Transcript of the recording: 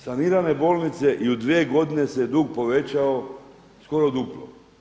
Sanirane bolnice i u dvije godine se dug povećao skoro duplo.